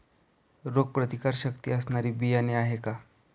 रोगप्रतिकारशक्ती असणारी बियाणे आहे का?